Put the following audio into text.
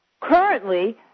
Currently